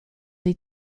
des